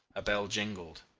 a bell jingled.